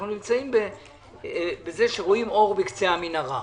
אנחנו רואים אור בקצה המנהרה.